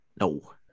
no